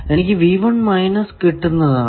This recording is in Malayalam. എനിക്ക് കിട്ടുന്നതാണ്